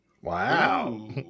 Wow